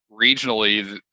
regionally